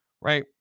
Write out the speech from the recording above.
Right